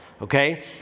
Okay